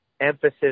emphasis